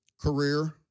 career